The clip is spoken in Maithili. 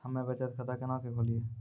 हम्मे बचत खाता केना के खोलियै?